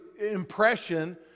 impression